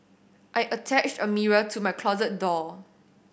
I attached a mirror to my closet door